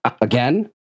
Again